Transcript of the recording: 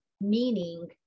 meaning